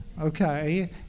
okay